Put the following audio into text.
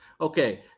Okay